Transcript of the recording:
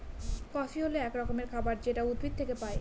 coffee হল এক রকমের খাবার যেটা উদ্ভিদ থেকে পায়